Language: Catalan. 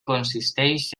consisteix